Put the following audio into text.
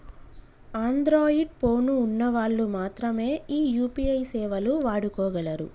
Android phone ఉన్న వాళ్ళు మాత్రమె ఈ యూ.పీ.ఐ సేవలు వాడుకోగలరు